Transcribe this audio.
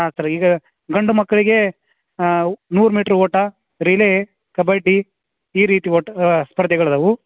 ಹಾಂ ಸರ್ ಈಗ ಗಂಡು ಮಕ್ಕಳಿಗೆ ನೂರು ಮೀಟ್ರ್ ಓಟ ರಿಲೇ ಕಬಡ್ಡಿ ಈ ರೀತಿ ಓಟ ಸ್ಪರ್ಧೆಗಳು ಅದಾವೆ